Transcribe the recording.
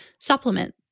supplement